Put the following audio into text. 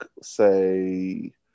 say